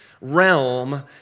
realm